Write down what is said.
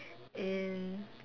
and